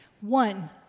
One